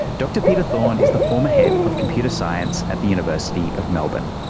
dr peter thorne is the former head of computer science at the university of melbourne.